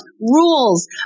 rules